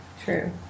True